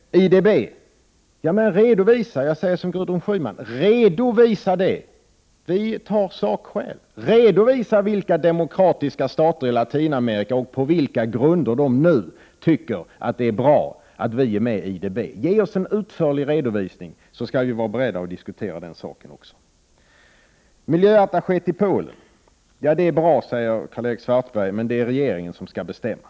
Jag säger som Gudrun Schyman när det gäller IDB: redovisa. Vi vill ha sakskäl. Redovisa vilka demokratiska stater i Latinamerika som tycker att det är bra att vi är med i IDB och på vilka grunder! Ge oss en utförlig redovisning, så kommer vi att vara beredda att diskutera saken. Karl-Erik Svartberg säger att det är bra med en miljöattaché i Polen. Men det är regeringen som skall bestämma.